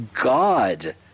God